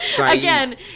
again